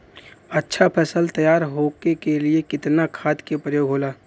अच्छा फसल तैयार होके के लिए कितना खाद के प्रयोग होला?